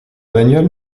bagnole